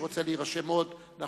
אני